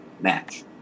match